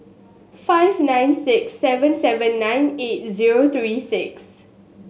five nine six seven seven nine eight zero three six